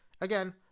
again